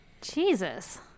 Jesus